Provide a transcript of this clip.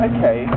Okay